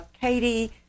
Katie